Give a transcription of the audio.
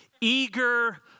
eager